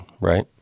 right